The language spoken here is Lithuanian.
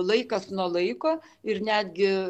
laikas nuo laiko ir netgi